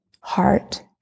heart